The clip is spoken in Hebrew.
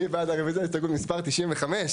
מי בעד רביזיה להסתייגות מספר 93?